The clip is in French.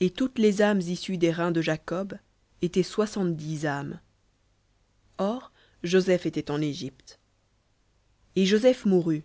et toutes les âmes issues des reins de jacob étaient soixante-dix âmes or joseph était en égypte v et joseph mourut